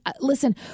listen